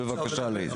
בבקשה, לייזר.